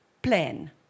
plan